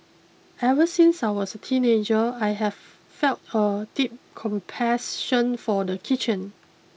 ever since I was a teenager I have felt a deep compassion for the kitchen